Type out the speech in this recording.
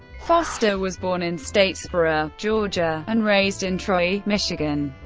foster was born in statesboro, georgia, and raised in troy, michigan.